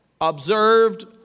observed